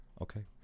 Okay